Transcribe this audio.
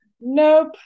Nope